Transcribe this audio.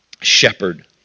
shepherd